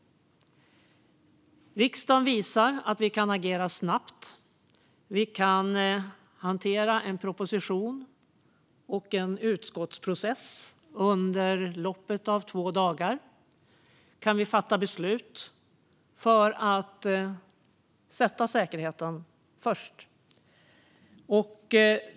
Riksdagen visar att vi kan agera snabbt. Vi har hanterat en proposition och en utskottsprocess under loppet av två dagar och har kunnat fatta beslut för att sätta säkerheten först.